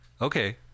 Okay